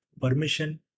permission